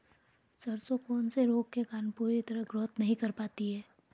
सरसों कौन से रोग के कारण पूरी तरह ग्रोथ नहीं कर पाती है?